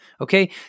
Okay